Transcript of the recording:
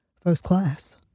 first-class